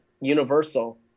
Universal